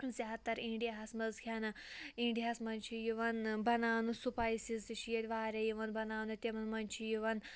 زیادٕ تَر اِنڈیاہَس منٛز کھٮ۪نہٕ اِنڈیاہَس منٛز چھِ یِوان بَناونہٕ سُپایسِز تہِ چھِ ییٚتہِ واریاہ یِوان بَناونہٕ تِمَن منٛز چھِ یِوان